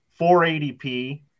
480p